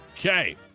Okay